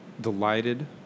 delighted